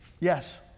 Yes